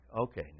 okay